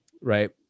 Right